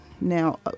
Now